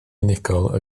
unigol